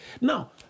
Now